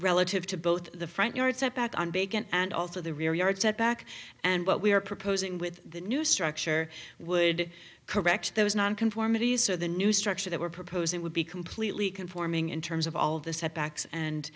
relative to both the front yard setback on bacon and also the rear yard setback and what we are proposing with the new structure would correct those nonconformity so the new structure we're proposing would be completely conforming in terms of all the setbacks and